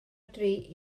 dri